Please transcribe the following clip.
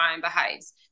behaves